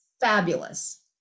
fabulous